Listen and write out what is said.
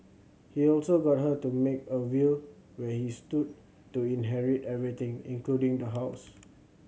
he also got her to make a will where he stood to inherit everything including the house